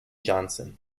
johnson